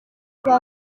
kwa